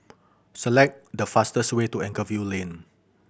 select the fastest way to Anchorvale Lane